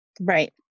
right